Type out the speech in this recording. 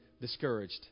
discouraged